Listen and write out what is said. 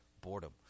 Boredom